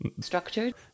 structured